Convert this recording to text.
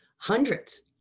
hundreds